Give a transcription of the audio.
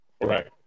Right